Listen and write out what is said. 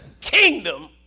kingdom